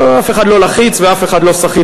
אף אחד לא לחיץ ואף אחד לא סחיט.